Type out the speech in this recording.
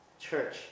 Church